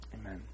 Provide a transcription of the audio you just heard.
Amen